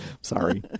Sorry